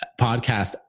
podcast